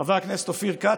חבר הכנסת אופיר כץ,